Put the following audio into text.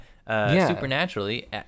supernaturally